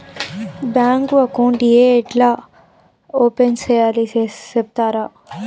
Bank account ఏ ఎట్లా open సేయాలి సెప్తారా?